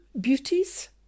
beauties